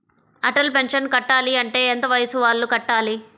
Atal pension కట్టాలి అంటే ఎంత వయసు వాళ్ళు కట్టాలి?